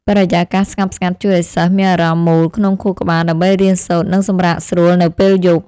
បរិយាកាសស្ងប់ស្ងាត់ជួយឱ្យសិស្សមានអារម្មណ៍មូលក្នុងខួរក្បាលដើម្បីរៀនសូត្រនិងសម្រាកស្រួលនៅពេលយប់។